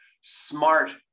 smart